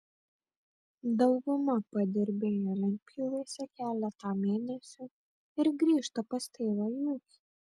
dauguma padirbėja lentpjūvėse keletą mėnesių ir grįžta pas tėvą į ūkį